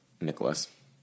Nicholas